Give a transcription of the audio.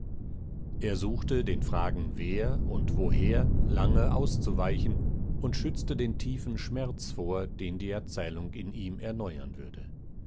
er suchte den fragen wer und woher lange auszuweichen und schützte den tiefen schmerz vor den die erzählung in ihm erneuern würde